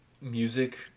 music